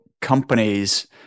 companies